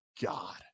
God